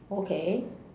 okay